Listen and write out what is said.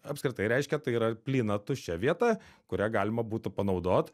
apskritai reiškia tai yra plyna tuščia vieta kurią galima būtų panaudot